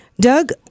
Doug